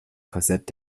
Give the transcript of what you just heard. korsett